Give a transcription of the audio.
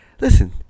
Listen